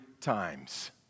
times